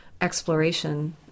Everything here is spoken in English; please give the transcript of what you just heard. exploration